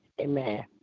Amen